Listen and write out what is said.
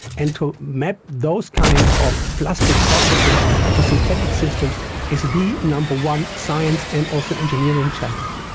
and to map those kind of plastic processes to synthetic systems is the number one science and also engineering challenge.